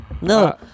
No